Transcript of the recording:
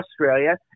Australia